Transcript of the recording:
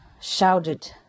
shouted